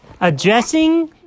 Addressing